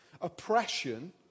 oppression